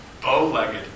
bow-legged